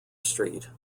street